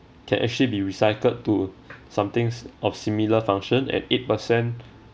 can actually be recycled to some things of similar function at eight percent